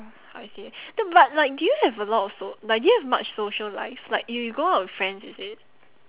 I see th~ but like do you have a lot of so~ like do you have much social life like you go out with friends is it